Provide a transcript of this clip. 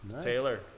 Taylor